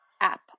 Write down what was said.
app